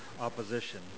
opposition